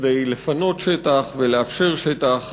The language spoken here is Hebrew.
כדי לפנות שטח ולאפשר שטח